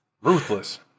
ruthless